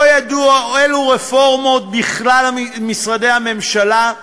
לא ידוע אילו רפורמות בכלל משרדי הממשלה,